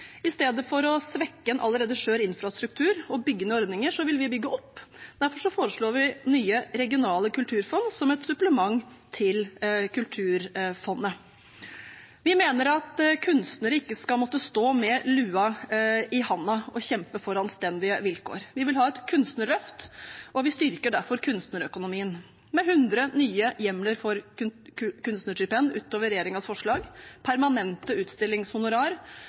I stedet for å svekke en allerede skjør infrastruktur og bygge ned ordninger vil vi bygge opp. Derfor foreslår vi nye regionale kulturfond som et supplement til Kulturfondet. Vi mener at kunstnere ikke skal måtte stå med lua i handa og kjempe for anstendige vilkår. Vi vil ha et kunstnerløft, og vi styrker derfor kunstnerøkonomien med 100 nye hjemler for kunstnerstipend utover regjeringens forslag, permanente utstillingshonorar,